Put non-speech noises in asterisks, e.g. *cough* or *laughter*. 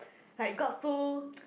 like got so *noise*